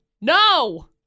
No